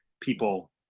people